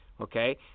okay